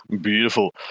Beautiful